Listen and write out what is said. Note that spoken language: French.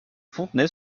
fontenay